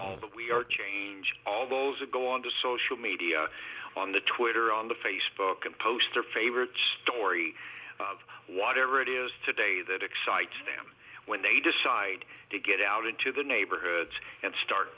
all the we are change all those to go on to social media on the twitter on the facebook and post their favorite story of whatever it is today that excites them when they decide to get out into the neighborhoods and start